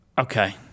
okay